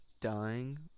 dying